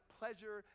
pleasure